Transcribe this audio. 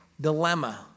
dilemma